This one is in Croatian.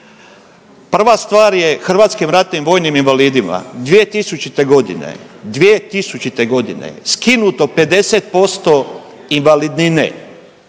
Prva stvar je hrvatskim ratnim vojnim invalidima 2000. godine skinuto 50% invalidnine,